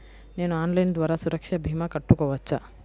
నేను ఆన్లైన్ ద్వారా సురక్ష భీమా కట్టుకోవచ్చా?